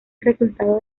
resultado